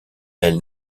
elle